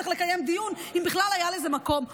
צריך לקיים דיון אם בכלל היה לזה מקום.